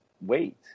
wait